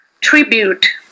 tribute